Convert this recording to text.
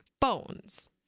phones